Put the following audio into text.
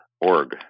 org